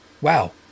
Wow